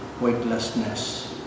Weightlessness